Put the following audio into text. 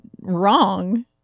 wrong